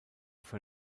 für